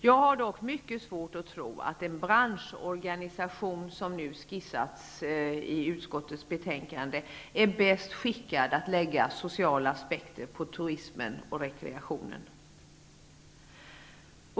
Jag har dock mycket svårt att tro att den branschorganisation som nu skisserats i utskottets betänkande är bäst skickad att lägga sociala aspekter på turismen och rekreationen.